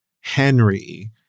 henry